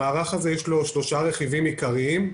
למהלך יש שלושה רכיבים עיקריים: